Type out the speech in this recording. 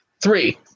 Three